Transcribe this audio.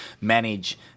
manage